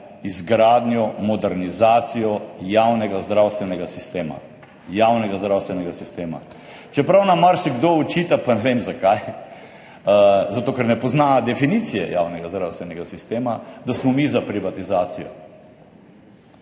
izgradnjo, modernizacijo javnega zdravstvenega sistema. Javnega zdravstvenega sistema. Čeprav nam marsikdo očita – pa ne vem zakaj, zato ker ne pozna definicije javnega zdravstvenega sistema – da smo mi za privatizacijo.